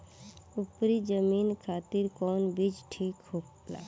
उपरी जमीन खातिर कौन बीज ठीक होला?